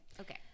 Okay